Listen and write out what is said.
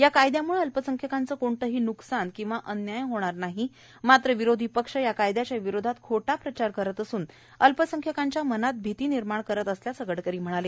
या कायदयामुळं अल्पसंख्यकांचं कोणतही न्कसान आणि अन्यायही होणार नाही मात्र विरोधी पक्ष या कायद्याच्या विरोधात खोटा प्रचार करत असून अल्पसंख्यकांच्या मनात भीती निर्माण करीत असल्याचं गडकरी म्हणाले